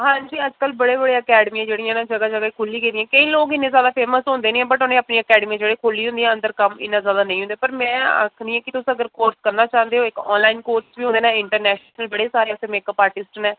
हंजी अजकल बड़े बड़े अकैडमी जेह्डियां न ओह् जगह् जगह् खुह्ल्ली गेदियां न केईं लोक इन्ने जैदा फेमस हुंदे निं हैन बट उ'नें अपनी अकैडमी जेह्ड़ी खोह्ल्ली दी हुंदियां अंदर कम्म इन्ना जैदा नेईं हुंदा पर में आखनी आं कि तुस अगर कोर्स करना चांह्दे ते ओह् इक आनलाइन कोर्स ओह्दे ने इंट्रनैशनल बड़े सारे उत्थै मेकप आर्टिस्ट न